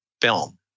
film